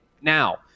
Now